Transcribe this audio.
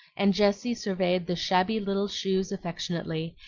and jessie surveyed the shabby little shoes affectionately,